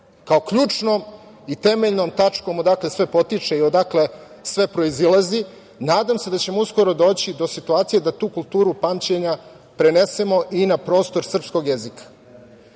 kao ključnom i temeljnom tačkom odakle sve potiče i odakle sve proizilazi. Nadam se da ćemo uskoro doći do situacije da tu kulturu pamćenja prenesemo i na prostor srpskog jezika